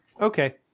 Okay